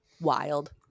wild